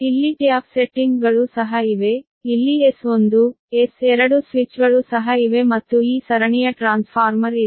ಇಲ್ಲಿ ಟ್ಯಾಪ್ ಸೆಟ್ಟಿಂಗ್ಗಳು ಸಹ ಇವೆ ಇಲ್ಲಿ S1 S2 ಸ್ವಿಚ್ಗಳು ಸಹ ಇವೆ ಮತ್ತು ಈ ಸರಣಿಯ ಟ್ರಾನ್ಸ್ಫಾರ್ಮರ್ ಇದೆ